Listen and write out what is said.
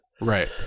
Right